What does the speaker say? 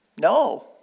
No